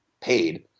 paid